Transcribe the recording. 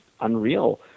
unreal